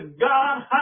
God